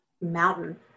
mountain